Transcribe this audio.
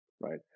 right